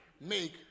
make